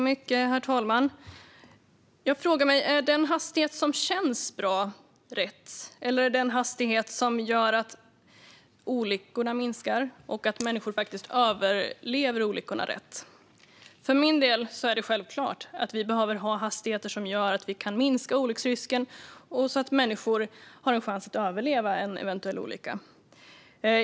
Herr talman! Jag frågar mig: Är det den hastighet som känns bra som är rätt, eller är det den hastighet som gör att olyckorna minskar och att människor faktiskt överlever olyckorna som är rätt? För min del är det självklart att vi behöver ha hastigheter som gör att vi kan minska olycksrisken och att människor har en chans att överleva en eventuell olycka.